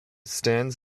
stands